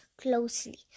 closely